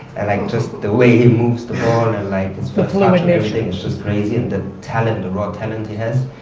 and i mean just the way he moves the ball and like it's fluctuating the fluid nature. it's just crazy and the talent, the raw talent he has,